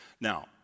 Now